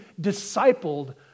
discipled